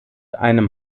einem